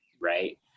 right